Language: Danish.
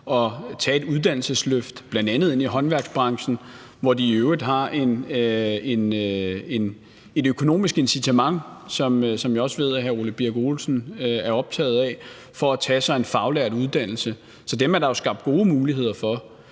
at få et uddannelsesløft, bl.a. i håndværksbranchen, hvorimod de i øvrigt har et økonomisk incitament, som jeg også ved hr. Ole Birk Olesen er optaget af, for at tage sig en faglært uddannelse. Så dem er der jo skabt gode muligheder for.